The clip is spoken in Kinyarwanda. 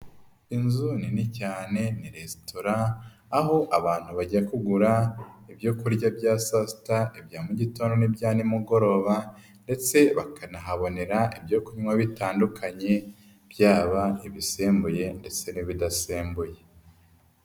Inzu nini cyane ni resitora aho abantu bajya kugura ibyo kurya bya saa sita ibya mu gitondo n'ibya nimugoroba, ndetse bakanahabonera ibyo kunywa bitandukanye byaba ibisembuye ndetse n'ibidasembuye.